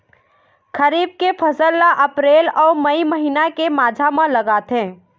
खरीफ के फसल ला अप्रैल अऊ मई महीना के माझा म लगाथे